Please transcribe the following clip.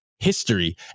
history